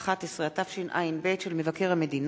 אישור עסקה עם בעל שליטה בחברת פער),